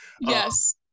Yes